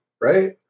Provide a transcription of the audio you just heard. right